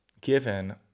given